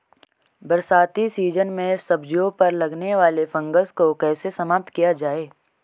बरसाती सीजन में सब्जियों पर लगने वाले फंगस को कैसे समाप्त किया जाए?